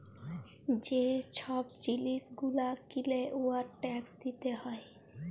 যে ছব জিলিস গুলা কিলে উয়ার ট্যাকস দিতে হ্যয়